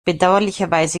bedauerlicherweise